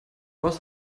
was